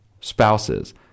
spouses